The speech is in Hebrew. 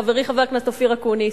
חברי חבר הכנסת אופיר אקוניס,